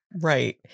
Right